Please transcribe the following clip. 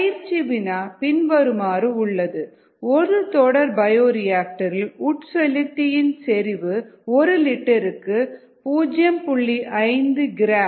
பயிற்சி வினா பின்வருமாறு உள்ளது ஒரு தொடர் பயோரியாக்டரில் உட்செலுத்தி இன் செறிவு ஒரு லிட்டருக்கு 0